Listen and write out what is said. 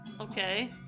Okay